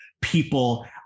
people